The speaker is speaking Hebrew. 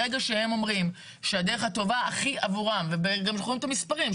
ברגע שהם אומרים שהדרך הכי טובה עבורם ואנחנו גם רואים את המספרים,